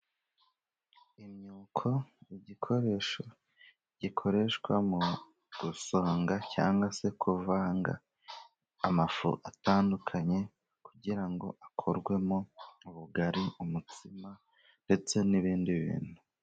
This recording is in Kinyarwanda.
Imyuko, igikoresho gikoreshwa mu gusonga cyangwa se kuvanga amafu atandukanye ,kugira ngo akorwemo ubugari ndetse n'ibindi bintu.